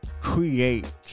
create